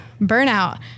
Burnout